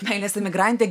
meilės emigrantė